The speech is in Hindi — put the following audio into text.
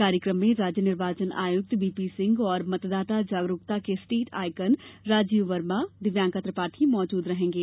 कार्यक्रम में राज्य निर्वाचन आयुक्त बीपी सिंह और मतदाता जागरूकता के स्टेट आईकॉन राजीव वर्मा दिव्यंका त्रिपाठी मौजूद रहेंगें